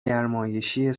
گرمایشی